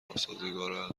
ناسازگار